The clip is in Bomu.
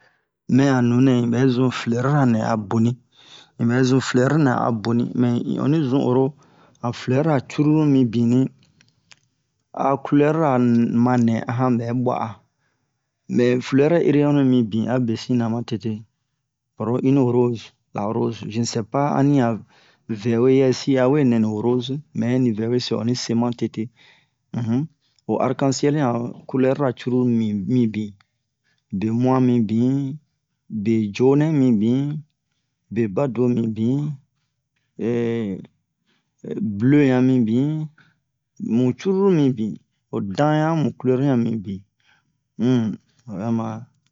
mɛ'a nunɛ ubɛ zun fleur ranɛ a boni ubɛ zun fleur nɛ'a boni mɛ in oni zun oro han feur ra cruru mi bini a couleur ra um manɛ ahan bɛ bua'a mɛ fleur ere onni mibin'a besina ma tete oro une rose la rose je ne sais pas ani a vɛwe yɛsi awe nɛni rose mɛni vɛweso onni se ma tete o arc-en-ciel yan couleur ra cruru mimi mibin be mua mibin be jonɛ mibin be badu'o mibin bleu yan mibin mu cruru mibin ho dan yamu couleur yan mibin um obɛ mare